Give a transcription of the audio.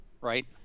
Right